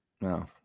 No